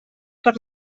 per